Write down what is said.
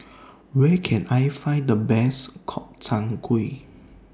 Where Can I Find The Best Gobchang Gui